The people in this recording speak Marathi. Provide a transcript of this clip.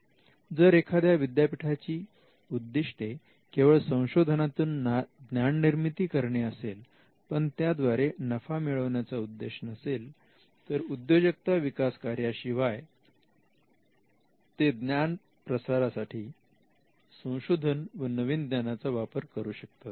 जर एखाद्या विद्यापीठाची उद्दिष्टे केवळ संशोधनातून ज्ञान निर्मिती करणे असेल पण त्याद्वारे नफा मिळवण्याचा उद्देश नसेल तर उद्योजकता विकास कार्याशीवाय ते ज्ञान प्रसारासाठी संशोधन व नवीन ज्ञानाचा वापर करू शकतात